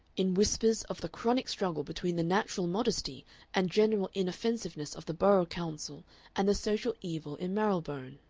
in whispers of the chronic struggle between the natural modesty and general inoffensiveness of the borough council and the social evil in marylebone.